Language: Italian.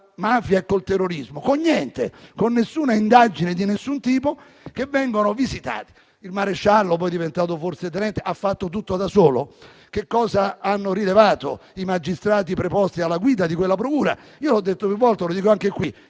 mafia e con il terrorismo, con nessuna indagine di nessun tipo, eppure vengono "visitate". Il maresciallo, poi diventato forse tenente, ha fatto tutto da solo? Che cosa hanno rilevato i magistrati preposti alla guida di quella procura? Io l'ho detto più volte e lo ribadisco anche in